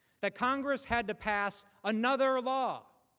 that congress had to pass another law,